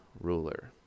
ruler